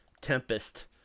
Tempest